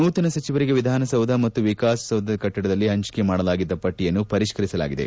ನೂತನ ಸಚಿವರಿಗೆ ವಿಧಾನಸೌಧ ಮತ್ತು ವಿಕಾಸಸೌಧ ಕಟ್ಟಡದಲ್ಲಿ ಹಂಚಕೆ ಮಾಡಲಾಗಿದ್ದ ಪಟ್ಟಯನ್ನು ಪರಿಷ್ಠರಿಸಲಾಗಿದೆ